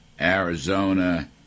Arizona